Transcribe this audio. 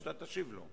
זו היתה שאלה מוזמנת.